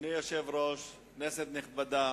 אדוני היושב-ראש, כנסת נכבדה,